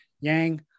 Yang